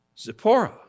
Zipporah